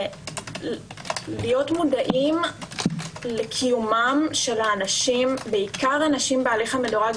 להיות מודעים לקיומם של האנשים בעיקר אנשים בהליך המדורג,